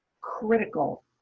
critical